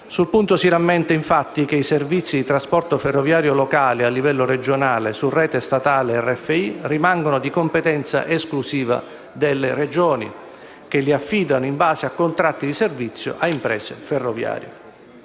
Sul punto si rammenta infatti che i servizi di trasporto ferroviario locale a livello regionale su rete statale RFI rimangono di competenza esclusiva delle Regioni, che li affidano in base a contratti di servizio a imprese ferroviarie,